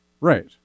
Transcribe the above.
Right